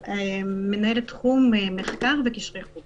מנהלת תחום מחקר וקשרי חוץ,